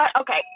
Okay